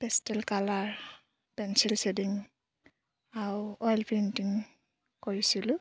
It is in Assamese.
পেষ্টেল কালাৰ পেঞ্চিল শ্বেডিং আৰু অইল পেইণ্টিং কৰিছিলোঁ